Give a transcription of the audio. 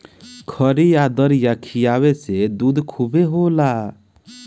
खरी आ दरिया खिआवे से दूध खूबे होला